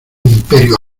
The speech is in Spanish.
imperio